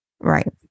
right